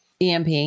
EMP